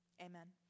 Amen